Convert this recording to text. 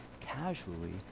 casually